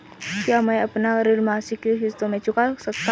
क्या मैं अपना ऋण मासिक किश्तों में चुका सकता हूँ?